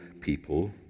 people